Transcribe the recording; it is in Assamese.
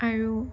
আৰু